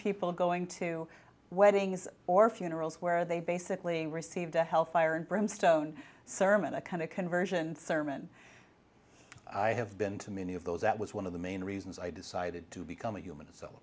people going to weddings or funerals where they basically received a hellfire and brimstone sermon a kind of conversion sermon i have been to many of those that was one of the main reasons i decided to become a human